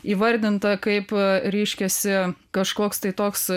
įvardinta kaip reiškiasi kažkoks tai toks